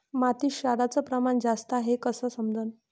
मातीत क्षाराचं प्रमान जास्त हाये हे कस समजन?